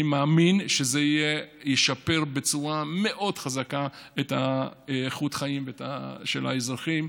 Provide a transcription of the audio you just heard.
אני מאמין שזה ישפר בצורה מאוד חזקה את איכות החיים של האזרחים,